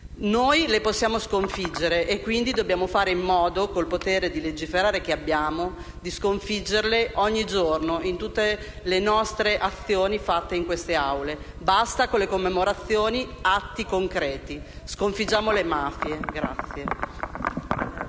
Noi le possiamo sconfiggere e quindi dobbiamo fare in modo, con il potere di legiferare che abbiamo, di sconfiggerle ogni giorno, in tutte le nostre azioni compiute in queste Aule. Basta con le commemorazioni: atti concreti. Sconfiggiamo le mafie.